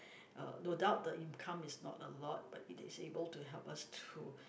uh no doubt the income is not a lot but it is able to help us to